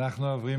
אנחנו עוברים